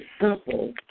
simple